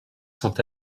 sont